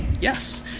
Yes